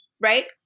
right